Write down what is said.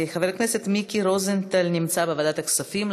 חבר הכנסת מיקי רוזנטל נמצא בוועדת הכספים,